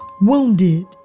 wounded